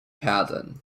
patent